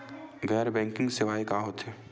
गैर बैंकिंग सेवाएं का होथे?